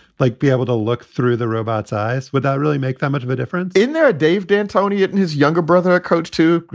like, be able to look through the robot's eyes without really make them much of a difference in there? dave d'antoni and his younger brother, a coach, too.